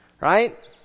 Right